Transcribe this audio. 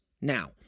Now